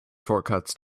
shortcuts